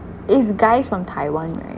is guys from taiwan right